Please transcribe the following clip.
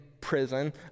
prison